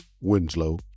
Winslow